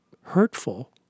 hurtful